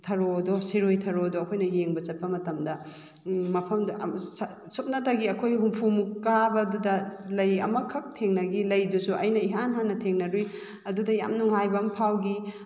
ꯊꯔꯣꯗꯣ ꯁꯤꯔꯣꯏ ꯊꯔꯣꯗꯣ ꯑꯩꯈꯣꯏꯅ ꯌꯦꯡꯕ ꯆꯠꯄ ꯃꯇꯝꯗ ꯃꯐꯝꯗꯣ ꯌꯥꯝ ꯁꯨꯞꯅꯇꯒꯤ ꯑꯩꯈꯣꯏ ꯍꯨꯝꯐꯨꯃꯨꯛ ꯀꯥꯕꯗꯨꯗ ꯂꯩ ꯑꯃꯈꯛ ꯊꯦꯡꯅꯈꯤ ꯂꯩꯗꯨꯁꯨ ꯑꯩꯅ ꯏꯍꯥꯟ ꯍꯥꯟꯅ ꯊꯦꯡꯅꯔꯨꯏ ꯑꯗꯨꯗ ꯌꯥꯝ ꯅꯨꯡꯉꯥꯏꯕ ꯑꯃ ꯐꯥꯎꯈꯤ